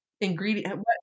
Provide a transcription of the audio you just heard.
ingredient